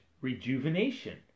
rejuvenation